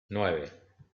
nueve